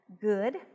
Good